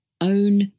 Own